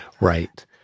Right